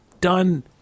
done